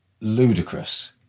ludicrous